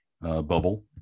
bubble